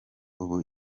ubu